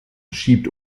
schiebt